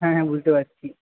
হ্যাঁ হ্যাঁ বুঝতে পারছি